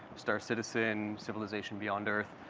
star citizen, civilization beyond earth,